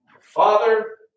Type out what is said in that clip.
Father